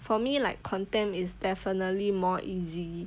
for me like contemporary is definitely more easy